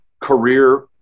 career